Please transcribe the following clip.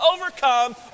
overcome